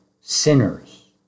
sinners